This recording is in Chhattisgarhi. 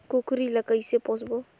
कूकरी ला कइसे पोसबो?